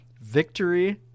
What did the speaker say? victory